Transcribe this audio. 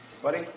Buddy